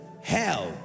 hell